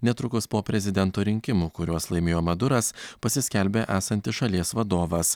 netrukus po prezidento rinkimų kuriuos laimėjo maduras pasiskelbė esantis šalies vadovas